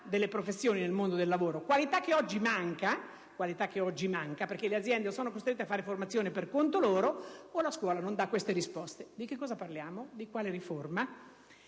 delle professioni nel mondo del lavoro (che oggi manca perché le aziende sono costrette a fare formazione per conto loro), la scuola non darà queste risposte. Di cosa parliamo? Di quale riforma?